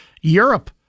Europe